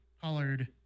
colored